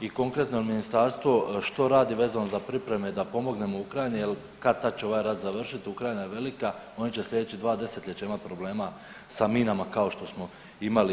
i konkretno je li ministarstvo što radi vezano za priprema da pomognemo Ukrajini jer kad-tad će ovaj rat završit, Ukrajina je velika, oni će slijedeća 2 desetljeća imati problema sa minama kao što smo imali i mi.